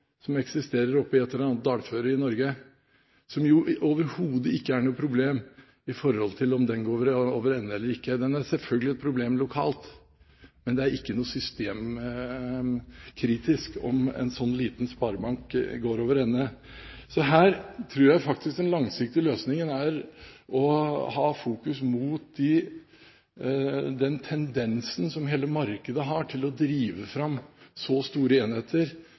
som eksisterer oppe i et eller annet dalføre i Norge, som det jo overhodet ikke er noe problem om går over ende eller ikke. Det er selvfølgelig et problem lokalt, men det er ikke systemkritisk om en slik liten sparebank går over ende. Her tror jeg faktisk den langsiktige løsningen er å fokusere på den tendensen som hele markedet har til å drive fram så store enheter